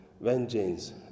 vengeance